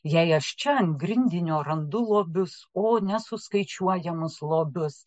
jei aš čia ant grindinio randu lobius o nesuskaičiuojamus lobius